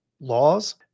laws